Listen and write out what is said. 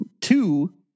Two-